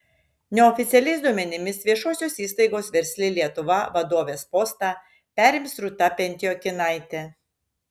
neoficialiais duomenimis viešosios įstaigos versli lietuva vadovės postą perims rūta pentiokinaitė